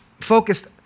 focused